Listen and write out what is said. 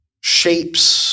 shapes